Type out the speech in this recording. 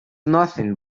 nothing